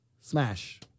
smash